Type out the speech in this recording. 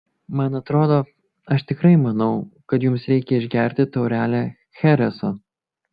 man atrodo aš tikrai manau kad jums reikia išgerti taurelę chereso